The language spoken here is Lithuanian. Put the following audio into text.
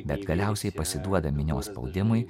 bet galiausiai pasiduoda minios spaudimui